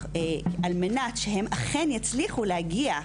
על מנת שהם אכן יצליחו להגיע,